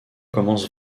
commence